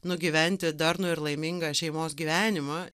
nugyventi darnų ir laimingą šeimos gyvenimą